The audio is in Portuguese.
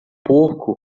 porco